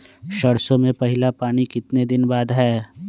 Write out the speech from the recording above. सरसों में पहला पानी कितने दिन बाद है?